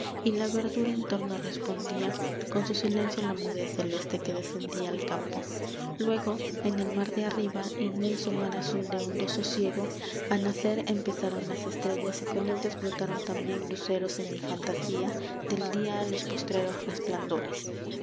y la verdura en torno respondía con su silencio a la mudez celeste que descendía al campo luego en el mar de arriba inmenso mar azul de hondo sosiego a nacer empezaron las estrellas y con ellas brotaron también luceros en mi fantasía del día a los postreros resplandores